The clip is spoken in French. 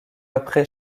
après